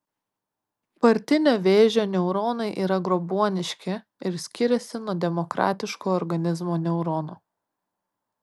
partinio vėžio neuronai yra grobuoniški ir skiriasi nuo demokratiško organizmo neuronų